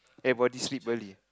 everybody sleep early